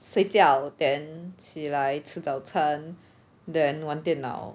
睡觉 then 起来吃早餐 then 玩电脑